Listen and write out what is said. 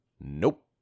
Nope